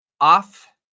off